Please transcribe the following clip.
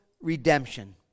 redemption